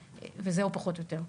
וזהו פחות או יותר.